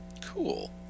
cool